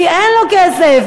כי אין לו כסף,